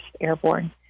Airborne